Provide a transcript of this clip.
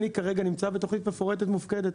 אני נמצא כרגע בתוכנית מפורטת מופקדת.